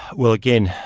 well, again,